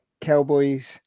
Cowboys